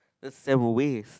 that's Sembwaste